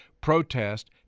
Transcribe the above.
protest